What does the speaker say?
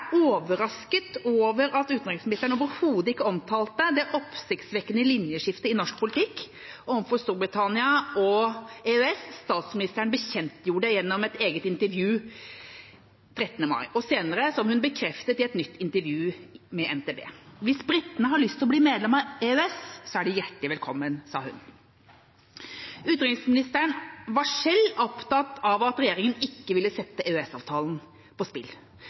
overrasket over at utenriksministeren overhodet ikke omtalte det oppsiktsvekkende linjeskiftet i norsk politikk overfor Storbritannia og EØS som statsministeren bekjentgjorde gjennom et eget intervju den 13. mai, og som hun senere bekreftet i et nytt intervju med NTB. Hvis britene har lyst til å bli medlem av EØS, er de hjertelig velkommen, sa hun. Utenriksministeren var selv opptatt av at regjeringen ikke ville sette EØS-avtalen på spill.